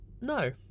No